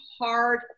hard